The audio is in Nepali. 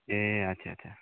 ए अच्छा अच्छा